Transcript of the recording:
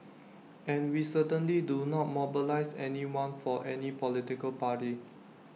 and we certainly do not mobilise anyone for any political party